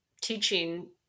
teaching